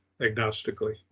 agnostically